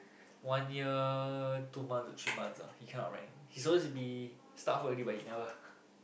one year two months to three months ah he cannot outrank he supposed to be start first already but he never